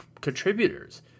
contributors